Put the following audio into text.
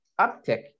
uptick